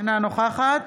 אינה נוכחת